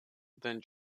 then